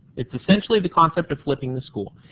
it is essentially the concept of flipping the school.